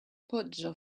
pozzo